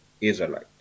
Israelite